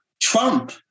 Trump